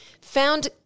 found